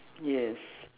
yes